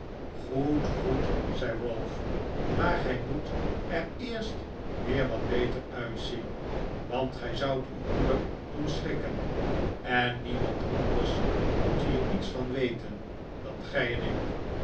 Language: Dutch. goed goed zei ralph maar gij moet er eerst weer wat beter uitzien want gij zoudt ww moeder doen schrikken en niemand anders moet hier iets van weten dan gij en ik